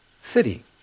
city